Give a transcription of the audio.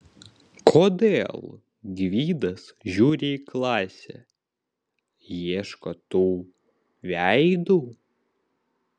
kodėl gvidas žiūri į klasę ieško tų veidų